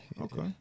Okay